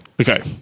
Okay